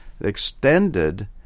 extended